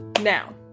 Now